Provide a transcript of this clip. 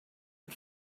had